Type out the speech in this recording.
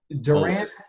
Durant